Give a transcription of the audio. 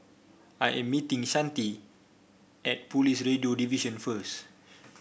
I am meeting Shante at Police Radio Division first